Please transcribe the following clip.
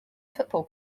football